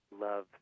love